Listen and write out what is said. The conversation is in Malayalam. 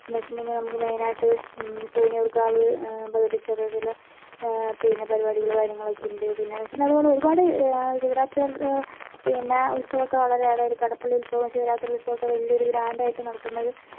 എന്ന് വെച്ചിട്ടുണ്ടെങ്കിൽ നമുക്ക് മെയിൻ ആയിട്ട് കൂനിയൂർ കാവ് ഭഗവതി ക്ഷേത്രത്തിലെ പിന്നെ പരിപാടികൾ കാര്യങ്ങളൊക്കെ ഉണ്ട് പിന്നെ വെച്ചിട്ടുണ്ടെങ്കിൽ അതുപോലെ ഒരുപാട് ശിവരാത്രി പോലത്തെ പിന്നെ ഉത്സവം ഒക്കെ വളരെ അതായത് കടപ്പള്ളി ഉത്സവം ശിവരാത്രി ഉത്സവം ഒക്കെ വലിയൊരു ഗ്രാൻറ് ആയിട്ട് നടത്തുന്ന ഒരു